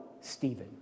Stephen